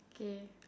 okay